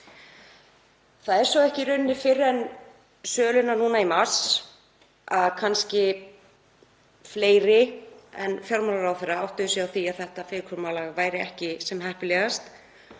Það var svo ekki í rauninni fyrr en við söluna í mars að kannski fleiri en fjármálaráðherra áttuðu sig á að þetta fyrirkomulag væri ekki sem heppilegast.